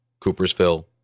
Coopersville